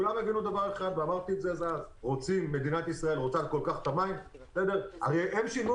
כולם הבינו דבר אחד מדינת ישראל רוצה כל כך את המים הרי הם שילמו